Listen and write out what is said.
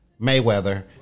Mayweather